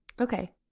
Okay